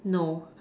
no